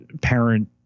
parent